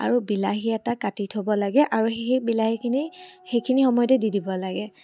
আৰু বিলাহী এটা কাটি থ'ব লাগে আৰু সেই বিলাহীখিনি সেইখিনি সময়তে দি দিব লাগে